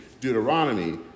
Deuteronomy